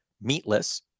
meatless